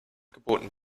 geboten